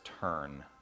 turn